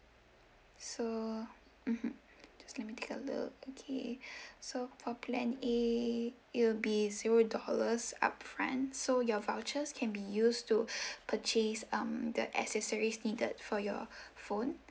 so mmhmm just let me take a look okay so for plan A it'll be zero dollars upfront so your vouchers can be used to purchase um the accessories needed for your phone